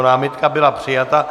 Námitka byla přijata.